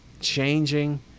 changing